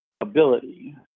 ability